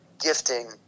gifting